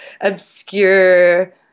obscure